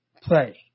play